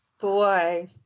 boy